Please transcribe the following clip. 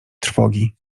trwogi